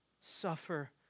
Suffer